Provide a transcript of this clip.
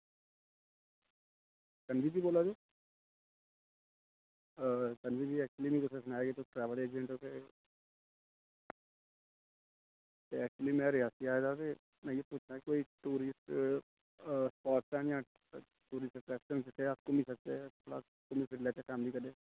संजय जी बोल्ला दे ओ ते संजय जी एक्चूअली मिगी कुसै सनाया कि तुस ट्रैवल एजडेंट ओह् ते एक्टूअली में रियासी दा आए दा ते मिगी तुसें दस्सना कि कोई टुरिस्ट स्पॉट हैन जां टुरिस्ट स्पॉट जित्थै अस घुम्मी सकचै प्लस